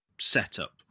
setup